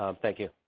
um thank you.